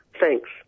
Thanks